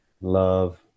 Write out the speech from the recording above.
love